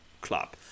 club